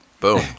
Boom